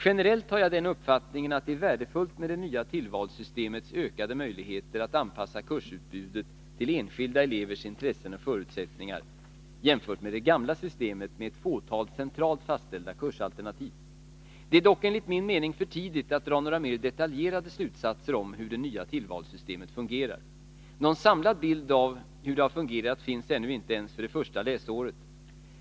Generellt har jag den uppfattningen att det är värdefullt med det nya tillvalssystemets ökade möjligheter att anpassa kursutbudet till enskilda elevers intressen och förutsättningar, jämfört med det gamla systemet med ett fåtal centralt fastställda kursalternativ. Det är dock enligt min mening för tidigt att dra några mer detaljerade slutsatser om hur det nya tillvalssystemet fungerår. Någon samlad bild av hur det har fungerat finns ännu inte ens för det första läsåret.